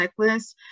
checklist